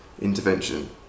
intervention